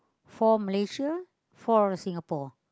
four Malaysia four Singapore